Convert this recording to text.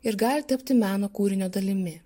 ir gali tapti meno kūrinio dalimi